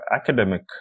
academic